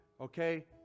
okay